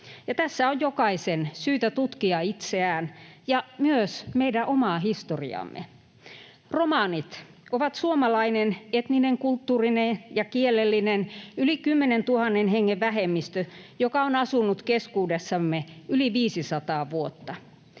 Tässä on jokaisen syytä tutkia itseään ja myös meidän omaa historiaamme. Romanit ovat suomalainen etninen, kulttuurinen ja kielellinen yli 10 000 hengen vähemmistö, joka on asunut keskuudessamme yli 500 vuotta.